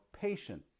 patient